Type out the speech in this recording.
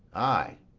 ay,